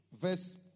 Verse